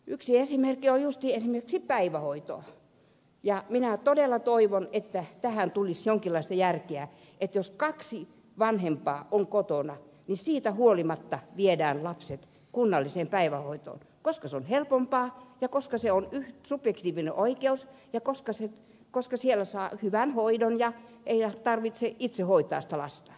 yksi esimerkki on juuri päivähoito ja minä todella toivon että tähän tulisi jonkinlaista järkeä niin että jos kaksi vanhempaa on kotona siitä huolimatta viedään lapset kunnalliseen päivähoitoon koska se on helpompaa ja koska se on subjektiivinen oikeus ja koska siellä saa hyvän hoidon ja ei tarvitse itse hoitaa sitä lasta